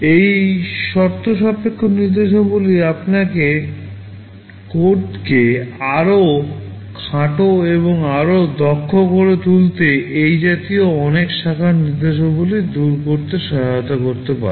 এই শর্তসাপেক্ষ নির্দেশাবলী আপনার কোডকে আরও খাটো এবং আরও দক্ষ করে তুলতে এই জাতীয় অনেক শাখার নির্দেশাবলী দূর করতে সহায়তা করতে পারে